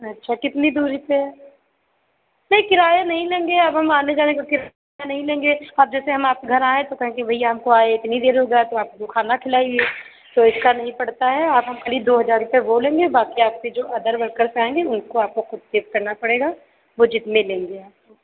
अच्छा कितनी दूरी पर है नहीं किराया नहीं लेंगे अब हम आने जाने का किराया नहीं लेंगे अब जैसे हम आपके घर आएँ तो कहें कि भैया हमको आए इतनी देर हो गया तो आप हमको खाना खिलाइए तो इसका नहीं पड़ता है अब हम ख़ाली दो हज़ार रुपये वह लेंगे बाक़ी आपके जो अदर वर्कर्स आएँगे उनको आपको ख़ुद पेड करना पड़ेगा वह जितने लेंगे आपको